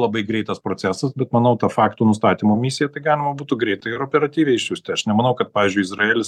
labai greitas procesas bet manau tą fakto nustatymo misiją tai galima būtų greitai operatyviai išsiųsti aš nemanau kad pavyzdžiui izraelis